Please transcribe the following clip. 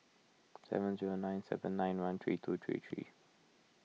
seven zero nine seven nine one three two three three